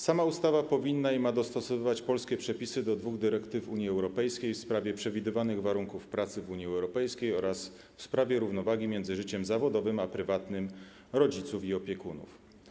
Sama ustawa powinna i ma dostosowywać polskie przepisy do dwóch dyrektyw Unii Europejskiej w sprawie przewidywanych warunków pracy w Unii Europejskiej oraz w sprawie równowagi między życiem zawodowym a prywatnym rodziców i opiekunów.